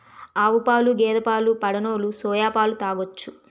ఆవుపాలు గేదె పాలు పడనోలు సోయా పాలు తాగొచ్చు